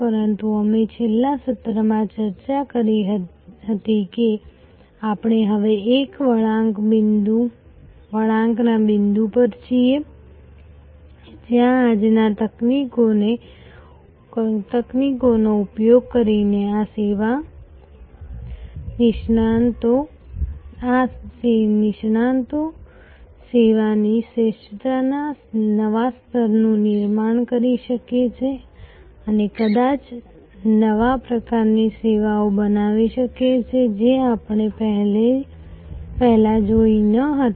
પરંતુ અમે છેલ્લા સત્રમાં ચર્ચા કરી હતી કે આપણે હવે એક વળાંકના બિંદુ પર છીએ જ્યાં આજની તકનીકોનો ઉપયોગ કરીને આ નિષ્ણાતો સેવાની શ્રેષ્ઠતાના નવા સ્તરનું નિર્માણ કરી શકે છે અને કદાચ નવા પ્રકારની સેવાઓ બનાવી શકે છે જે આપણે પહેલાં જોઈ ન હતી